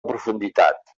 profunditat